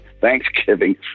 Thanksgiving